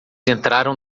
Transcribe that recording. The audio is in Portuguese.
entraram